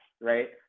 right